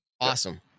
Awesome